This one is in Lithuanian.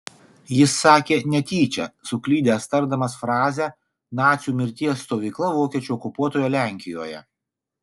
jis sakė netyčia suklydęs tardamas frazę nacių mirties stovykla vokiečių okupuotoje lenkijoje